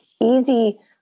easy